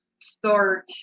start